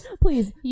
Please